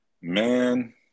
Man